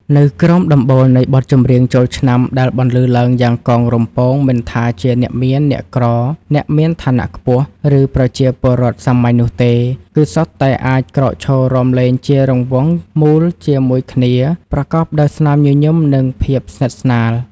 នៅក្រោមដំបូលនៃបទចម្រៀងចូលឆ្នាំដែលបន្លឺឡើងយ៉ាងកងរំពង មិនថាជាអ្នកមាន អ្នកក្រ អ្នកមានឋានៈខ្ពស់ ឬប្រជាពលរដ្ឋសាមញ្ញនោះទេ គឺសុទ្ធតែអាចក្រោកឈររាំលេងជារង្វង់មូលជាមួយគ្នាប្រកបដោយស្នាមញញឹម និងភាពស្និទ្ធស្នាល។